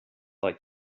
like